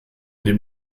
dem